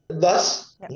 thus